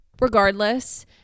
regardless